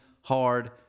hard